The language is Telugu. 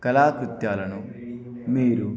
కళాకృత్యాలను మీరు